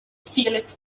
fearless